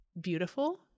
beautiful